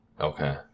Okay